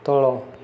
ତଳ